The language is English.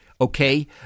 okay